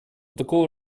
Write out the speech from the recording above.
такого